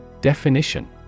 DEFINITION